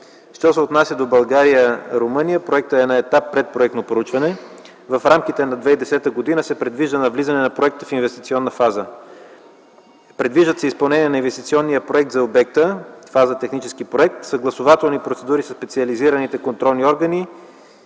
Що се отнася до България и Румъния, проектът е на етап предпроектно проучване. В рамките на 2010 г. се предвижда навлизането на проекта в инвестиционна фаза. Предвижда се изпълнението на инвестиционния проект за обекта, фаза технически проект, съгласувателни процедури със специализираните контролни органи,